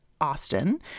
Austin